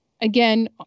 Again